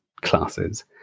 classes